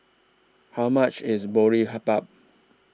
How much IS Boribap